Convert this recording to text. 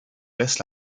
reste